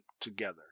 together